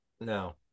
No